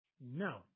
No